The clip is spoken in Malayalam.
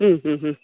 മ്മ് മ്മ് മ്മ്